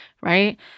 right